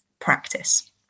practice